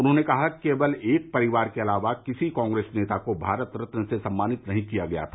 उन्होंने कहा कि केवल एक परिवार के अलावा किसी कांग्रेस नेता को भारत रत्न से सम्मानित नहीं किया गया था